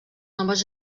noves